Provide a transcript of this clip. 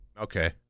Okay